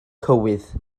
cywydd